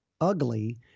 ugly